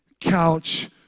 couch